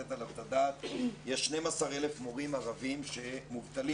לתת עליו את הדעת שיש 12,000 מורים ערבים מובטלים.